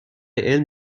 علم